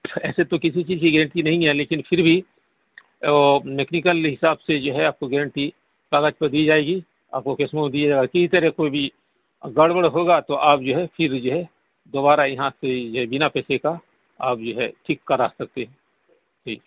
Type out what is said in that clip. ایسے تو کسی چیز کی گیرنٹی نہیں ہے لیکن پھر بھی وہ میکینکل حساب سے جو ہے آپ کو گیرنٹی کاغذ پہ دی جائے گی آپ کو کیش میمو دیا جائے گا کسی طرح کا کوئی بھی گڑبڑ ہوگا تو آپ جو ہے پھر جو ہے دوبارہ یہاں سے جو ہے بنا پیسے کا آپ جو ہے ٹھیک کرا سکتے ہیں ٹھیک